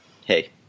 Hey